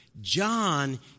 John